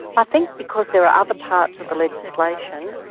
i think because there are other parts of the legislation,